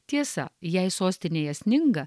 tiesa jei sostinėje sninga